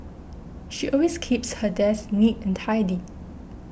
she always keeps her desk neat and tidy